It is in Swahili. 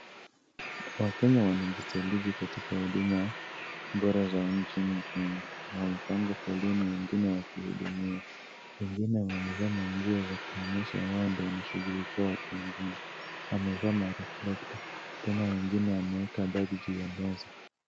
Wakenya wanajisaliji katika huduma bora za nchini Kenya. Wamepanga foleni wengine wakihudumiwa. Wengine wamevaa manguo za kuonyesha wao ndio wanashughulikia watu wengine. Wamevaa mariflekta. Tena wengine wameeka bagi juu ya meza.